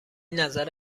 نظر